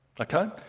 Okay